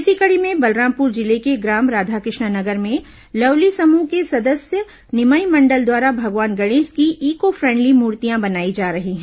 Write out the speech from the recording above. इसी कड़ी में बलरामपुर जिले के ग्राम राधाकृष्णनगर में लवली समूह के सदस्य निमई मंडल द्वारा भगवान गणेश की ईको फ्रेंडली मूर्तियां बनाई जा रही हैं